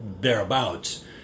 thereabouts